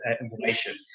information